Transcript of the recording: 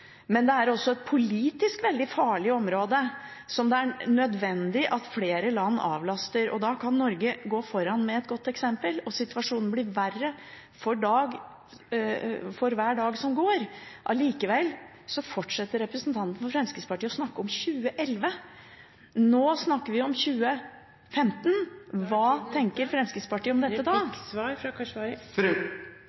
men det er også politisk sett et veldig farlig område, som det er nødvendig at flere land avlaster. Da kan Norge gå foran med et godt eksempel, og situasjonen blir verre for hver dag som går. Likevel fortsetter representanten fra Fremskrittspartiet å snakke om 2011. Nå snakker vi om 2015 – hva tenker Fremskrittspartiet om dette da?